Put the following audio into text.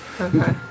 Okay